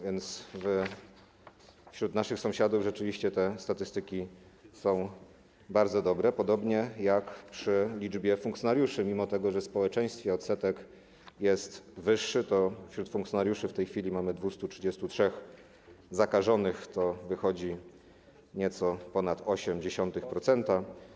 Wśród naszych sąsiadów rzeczywiście te statystyki są bardzo dobre, podobnie jak przy liczbie funkcjonariuszy, mimo tego, że w społeczeństwie odsetek jest wyższy, to wśród funkcjonariuszy w tej chwili mamy 233 zakażonych, to wychodzi nieco ponad 0,8%.